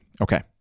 Okay